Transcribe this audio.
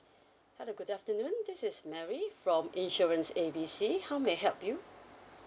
hello good afternoon this is mary from insurance A B C how may I help you